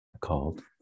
called